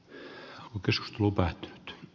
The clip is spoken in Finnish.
yöllä jos lukot